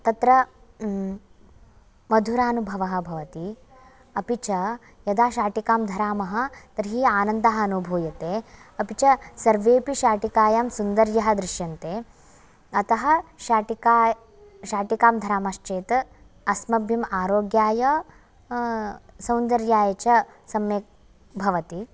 तत्र मधुरानुभवः भवति अपि च यदा शाटिकां धरामः तर्हि आनन्दः अनुभूयते अपि च सर्वेपि शाटिकायां सुन्दर्यः दृश्यन्ते अतः शाटिका शाटिकां धरामश्चेत् अस्मभ्यं आरोग्याय सौन्दर्याय च सम्यक् भवति